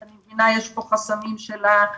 אני מבינה שיש פה חסמים של האנשים